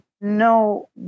no